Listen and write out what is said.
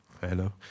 Hello